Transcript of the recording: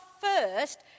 first